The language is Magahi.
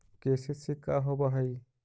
के.सी.सी का होव हइ?